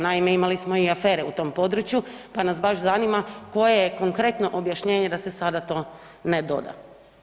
Naime, imali smo i afere u tom području pa nas baš zanima koje je konkretno objašnjenje da se sada to ne doda.